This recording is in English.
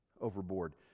overboard